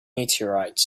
meteorites